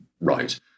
right